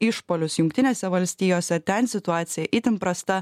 išpuolius jungtinėse valstijose ten situacija itin prasta